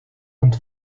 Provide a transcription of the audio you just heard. und